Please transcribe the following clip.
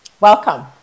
Welcome